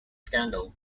scandal